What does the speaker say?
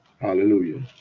Hallelujah